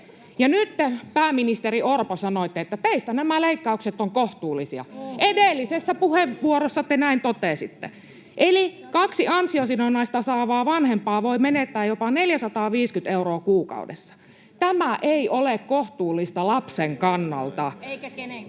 te, pääministeri Orpo, sanoitte, että teistä nämä leikkaukset ovat kohtuullisia. Edellisessä puheenvuorossa te näin totesitte. Eli kaksi ansiosidonnaista saavaa vanhempaa voi menettää jopa 450 euroa kuukaudessa. Tämä ei ole kohtuullista lapsen kannalta. [Eduskunnasta: